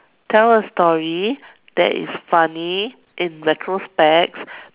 tell a story that is funny in retrospect